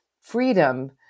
freedom